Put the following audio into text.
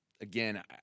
again